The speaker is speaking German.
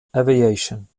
aviation